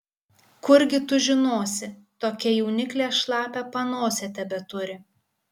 kurgi tu žinosi tokia jauniklė šlapią panosę tebeturi